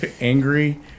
Angry